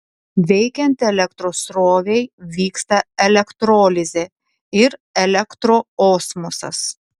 veikiant elektros srovei vyksta elektrolizė ir elektroosmosas